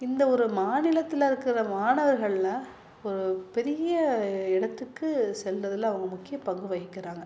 இந்த ஒரு மாநிலத்தில் இருக்கிற மாணவர்களில் ஒரு பெரிய இடத்துக்கு செல்வதுல அவங்க முக்கிய பங்கு வகிக்கிறாங்க